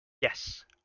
Yes